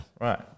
right